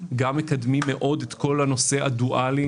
גם מקדמים מאוד את כל הנושא הדואלי.